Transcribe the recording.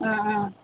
ఆ ఆ